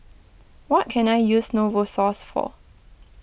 what can I use Novosource for